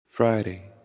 Friday